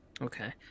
Okay